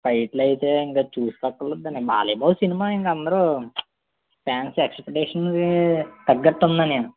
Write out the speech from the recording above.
ఫైట్లు అయితే ఇక చూసినపుడు బాలయ్య బాబు సినిమా ఇక అందరూ ఫాన్స్ ఎక్స్పెక్టేషన్స్కి తగ్గట్టు ఉంది అన్నయ్య